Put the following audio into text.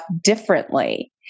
differently